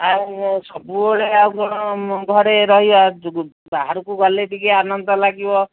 ଆଉ ସବୁବେଳେ ଆଉ କ'ଣ ଘରେ ରହିବା ବାହାରକୁ ଗଲେ ଟିକେ ଆନନ୍ଦ ଲାଗିବ